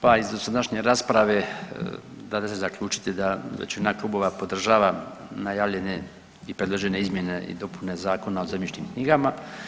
Pa iz dosadašnje rasprave dade se zaključiti da većina klubova podržava najavljene i predložene izmjene i dopune Zakona o zemljišnim knjigama.